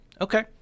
Okay